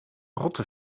rotte